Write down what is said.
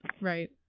Right